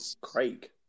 Craig